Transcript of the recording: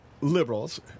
liberals